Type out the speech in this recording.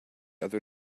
other